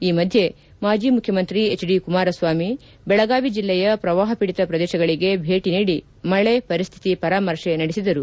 ಈ ಮಧ್ಯೆ ಮಾಜಿ ಮುಖ್ಯಮಂತ್ರಿ ಎಚ್ ಡಿ ಕುಮಾರಸ್ವಾಮಿ ಬೆಳಗಾವಿ ಜಿಲ್ಲೆಯ ಪ್ರವಾಹಬೀಡಿತ ಪ್ರದೇಶಗಳಿಗೆ ಭೇಟಿ ನೀಡಿ ಮಳೆ ಪರಿಸ್ತಿತಿ ಪರಾಮರ್ಶೆ ನಡೆಸಿದರು